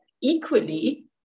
equally